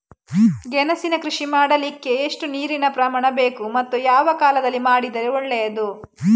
ಗೆಣಸಿನ ಕೃಷಿ ಮಾಡಲಿಕ್ಕೆ ಎಷ್ಟು ನೀರಿನ ಪ್ರಮಾಣ ಬೇಕು ಮತ್ತು ಯಾವ ಕಾಲದಲ್ಲಿ ಮಾಡಿದರೆ ಒಳ್ಳೆಯದು?